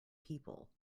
people